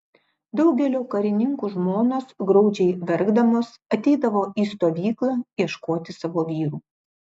daugelio karininkų žmonos graudžiai verkdamos ateidavo į stovyklą ieškoti savo vyrų